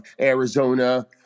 Arizona